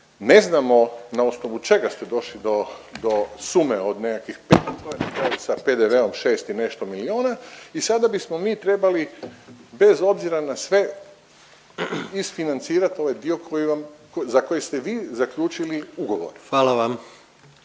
ne znamo na osnovu čega ste došli do, do sume od nekakvih …/Govornik se ne razumije./…sa PDV-om 6 i nešto milijuna i sada bismo mi trebali bez obzira na sve isfinancirat ovaj dio koji vam, za koji ste vi zaključili ugovor.